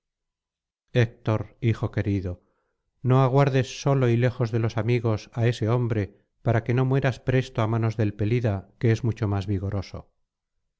hijo querido no aguardes solo y lejos de los amigos á ese hombre para que no mueras presto á manos del pelida que es mucho más vigoroso